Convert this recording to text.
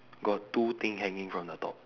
got two thing hanging from the top